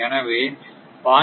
எனவே 0